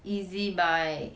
Ezbuy